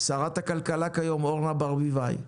שרת הכלכלה כיום אורנה ברביבאי.